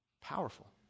Powerful